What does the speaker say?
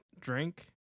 drink